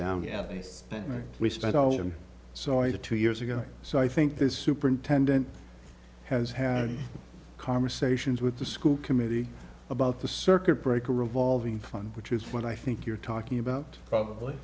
down yeah right we spent all that and so i did two years ago so i think this superintendent has had conversations with the school committee about the circuit breaker revolving fund which is what i think you're talking about probably